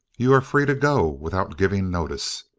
you are free to go without giving notice.